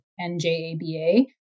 NJABA